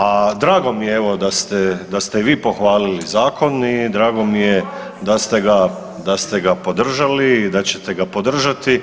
A drago mi je da ste vi pohvalili zakon i drago mi je da ste ga podržali i da ćete ga podržati